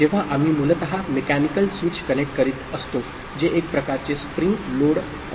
तर जेव्हा आम्ही मूलत मेकॅनिकल स्विच कनेक्ट करीत असतो जे एक प्रकारचे स्प्रिंग लोड असू शकते